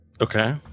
Okay